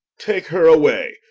take her away,